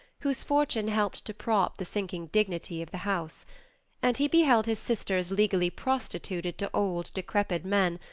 whose fortune helped to prop the sinking dignity of the house and he beheld his sisters legally prostituted to old, decrepid men,